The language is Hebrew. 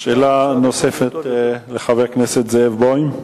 שאלה נוספת לחבר הכנסת זאב בוים.